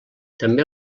també